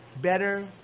better